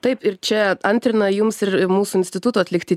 taip ir čia antrina jums ir mūsų instituto atlikti